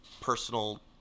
personal